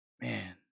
man